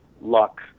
luck